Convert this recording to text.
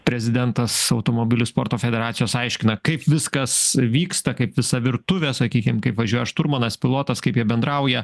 prezidentas automobilių sporto federacijos aiškina kaip viskas vyksta kaip visa virtuvė sakykim kaip važiuoja šturmanas pilotas kaip jie bendrauja